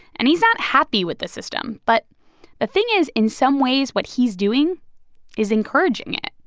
and he's not happy with the system, but the thing is, in some ways, what he's doing is encouraging it.